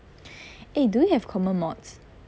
eh do we have common mods